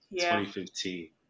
2015